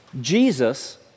Jesus